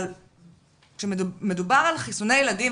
אבל כשמדובר על חיסוני ילדים,